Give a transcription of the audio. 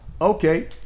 Okay